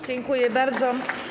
Dziękuję bardzo.